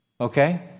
Okay